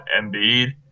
Embiid